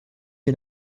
ihr